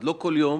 לא כל יום